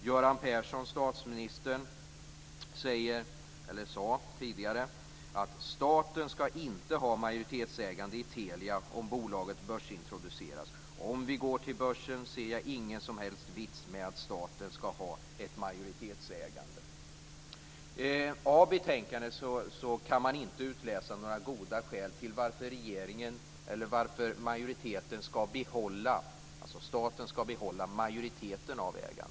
Göran Persson, statsministern, sade tidigare: Staten ska inte ha majoritetsägande i Telia om bolaget börsintroduceras. Om vi går till börsen ser jag ingen som helst vits med att staten ska ha ett majoritetsägande. Av betänkandet kan man inte utläsa några goda skäl till att staten ska behålla majoriteten av ägandet.